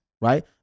Right